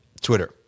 Twitter